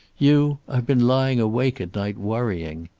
you i've been lying awake at night, worrying.